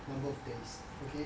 number of days okay